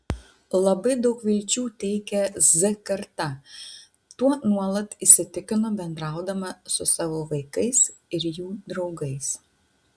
labai daug vilčių teikia z karta tuo nuolat įsitikinu bendraudama su savo vaikais ir jų draugais